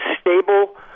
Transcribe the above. stable